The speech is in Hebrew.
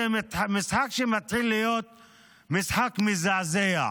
זה משחק שמתחיל להיות משחק מזעזע.